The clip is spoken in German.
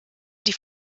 die